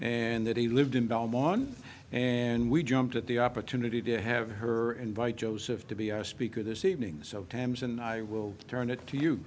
and that he lived in belmont and we jumped at the opportunity to have her invite joseph to be our speaker this evening so tams and i will turn it to you